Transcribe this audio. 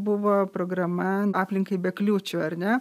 buvo programa aplinkai be kliūčių ar ne